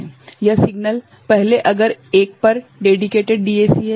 यह सिग्नल पहले अगर यह एक डेडिकेटेड डीएसी हैं